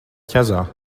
ķezā